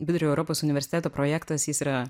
vidurio europos universiteto projektas jis yra